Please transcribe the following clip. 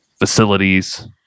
Facilities